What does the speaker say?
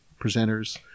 presenters